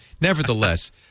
nevertheless